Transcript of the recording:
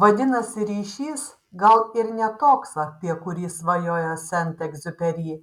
vadinasi ryšys gal ir ne toks apie kurį svajojo sent egziuperi